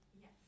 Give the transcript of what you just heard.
Yes